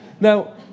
Now